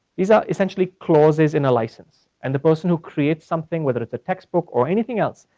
these are essentially clauses in a license. and the person who creates something, whether it's a textbook or anything else,